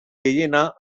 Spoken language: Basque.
gehiena